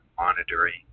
monitoring